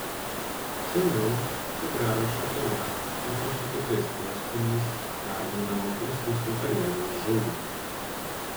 seniau čiobrelio šakele kartu su kitais prieskoniais gardindavo kristaus vakarienės žuvį